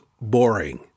boring